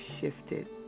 shifted